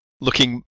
looking